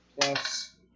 plus